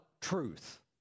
truth